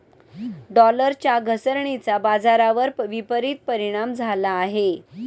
डॉलरच्या घसरणीचा बाजारावर विपरीत परिणाम झाला आहे